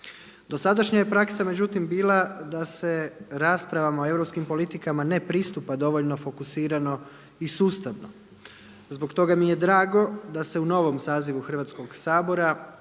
Dosadašnja je praksa međutim bila da se raspravama o europskim politikama ne pristupa dovoljno fokusirano i sustavno. Zbog toga mi je drago da se u novom sazivu Hrvatskoga sabora